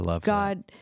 God